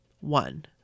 One